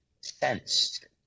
sensed